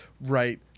right